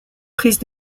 prise